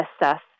assess